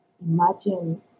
Imagine